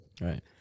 Right